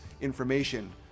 information